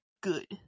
good